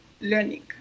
learning